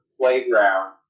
playground